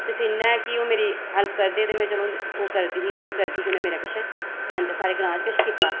सिर्फ इन्ना ऐ कि ओह् मेरी हैल्प करदे ते में चलो ओह् करदी ही सेही करदी ही कि उ'नें मेरा किश सरपैंच नै साढ़े ग्रां च किश कीता